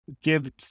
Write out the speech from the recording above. give